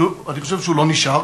אני מתכבד לפתוח את ישיבת הכנסת.